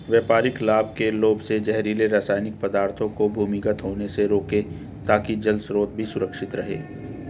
व्यापारिक लाभ के लोभ से जहरीले रासायनिक पदार्थों को भूमिगत होने से रोकें ताकि जल स्रोत भी सुरक्षित रहे